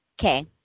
Okay